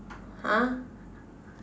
!huh!